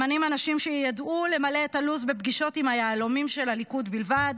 ממנים אנשים שידעו למלא את הלו"ז בפגישות עם היהלומים של הליכוד בלבד,